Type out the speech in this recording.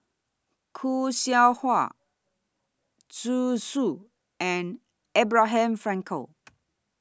Khoo Seow Hwa Zhu Xu and Abraham Frankel